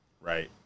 right